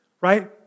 right